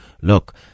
look